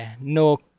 no